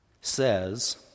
says